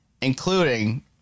including